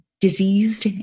diseased